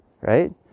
Right